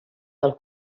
del